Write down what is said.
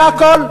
זה הכול.